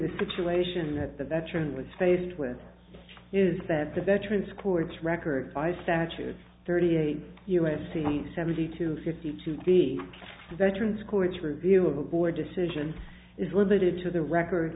the situation that the veteran was faced with is that the veterans courts record five statures thirty eight u s c seventy two fifty two the veterans courts review of a board decision is limited to the record